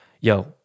Yo